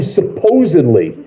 supposedly